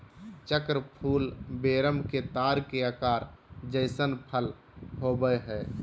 चक्र फूल वेरम के तार के आकार जइसन फल होबैय हइ